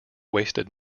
wasted